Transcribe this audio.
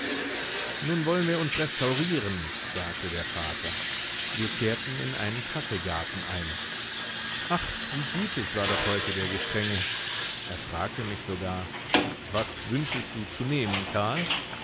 nun wollen wir uns restaurieren sagte der vater wir kehrten in einen kaffeegarten ein ach wie gütig war doch heute der gestrenge er fragte mich sogar was wünschest du zu nehmen karl